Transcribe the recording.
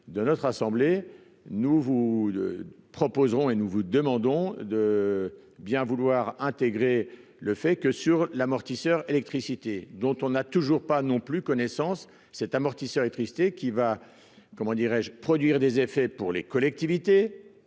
de notre assemblée, nous vous proposerons et nous vous demandons de bien vouloir intégrer le fait que sur l'amortisseur électricité dont on a toujours pas non plus connaissance cet amortisseur électricité qui va, comment dirais-je, produire des effets pour les collectivités,